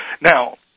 Now